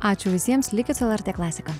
ačiū visiems likit su lrt klasika